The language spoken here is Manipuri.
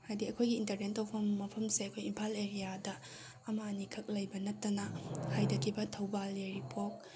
ꯍꯥꯏꯗꯤ ꯑꯩꯈꯣꯏꯒꯤ ꯏꯟꯇꯔꯇꯦꯟ ꯇꯧꯐꯝ ꯃꯐꯝꯁꯦ ꯑꯩꯈꯣꯏ ꯏꯝꯐꯥꯜ ꯑꯦꯔꯤꯌꯥꯗ ꯑꯃ ꯑꯅꯤꯈꯛ ꯂꯩꯕ ꯅꯠꯇꯅ ꯍꯥꯏꯗꯒꯤꯕ ꯊꯧꯕꯥꯜ ꯌꯥꯏꯔꯤꯄꯣꯛ